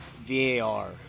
VAR